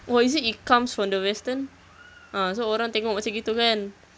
or is it it comes from the western ah so orang tengok macam gitu kan